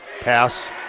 Pass